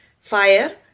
fire